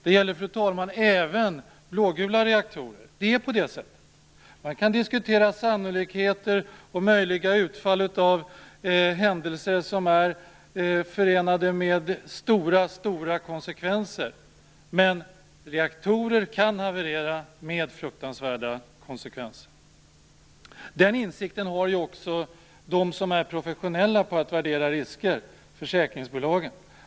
Det gäller, fru talman, även blå-gula reaktorer. Det är så. Man kan diskutera sannolikheter och möjliga utfall av händelser som är förenade med stora konsekvenser. Men reaktorer kan haverera, med fruktansvärda konsekvenser. Den insikten har också de professionella riskbedömarna, försäkringsbolagen.